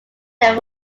there